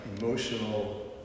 emotional